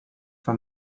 for